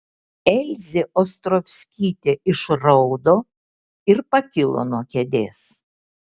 elzė ostrovskytė išraudo ir pakilo nuo kėdės